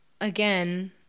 again